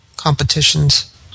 competitions